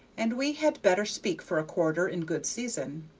and we had better speak for a quarter in good season.